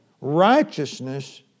righteousness